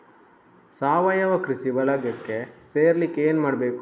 ಸಾವಯವ ಕೃಷಿ ಬಳಗಕ್ಕೆ ಸೇರ್ಲಿಕ್ಕೆ ಏನು ಮಾಡ್ಬೇಕು?